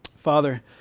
Father